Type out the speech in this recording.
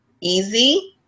easy